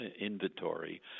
inventory